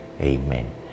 Amen